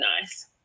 nice